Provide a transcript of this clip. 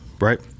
right